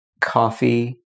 coffee